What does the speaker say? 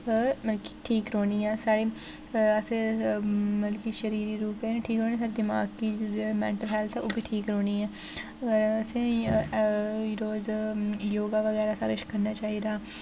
मतलब कि ठीक रौह्नी ऐ साढ़ी अस मतलब की शरीरी रूप च ठीक रौह्ने दिमाकी जेह्ड़े मेंटल हेल्थ ऐ ओह् बी ठीक रौह्नी ऐ असें ई अगर रोज़ योगा बगैरा सारा किश करना चाहि्दा